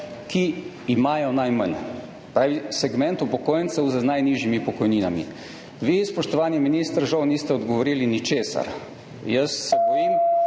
ki imajo najmanj, segment upokojencev z najnižjimi pokojninami. Vi, spoštovani minister, žal nisteodgovorili ničesar. Jaz se bojim,